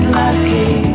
lucky